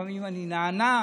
לפעמים אני נענה.